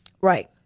Right